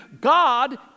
God